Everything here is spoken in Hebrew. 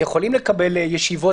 יכולים לקבל ישיבות?